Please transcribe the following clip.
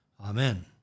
Amen